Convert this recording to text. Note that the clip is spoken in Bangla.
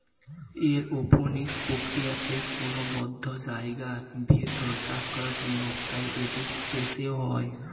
এরওপনিক্স প্রক্রিয়াতে কোনো বদ্ধ জায়গার ভেতর চাষ করা সম্ভব তাই এটি স্পেসেও করে